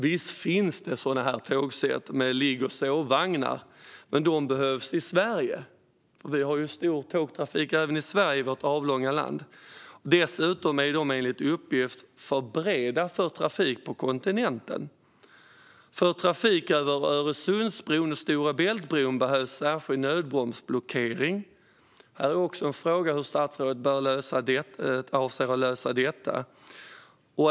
Visst finns det tågsätt med ligg och sovvagnar, men dessa behövs i Sverige för vi har ju omfattande tågtrafik även här i vårt avlånga land. Dessutom är de enligt uppgift för breda för trafik på kontinenten. För trafik över Öresundsbron och Stora Bält-bron behövs särskild nödbromsblockering. Hur ämnar statsrådet lösa detta?